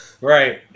Right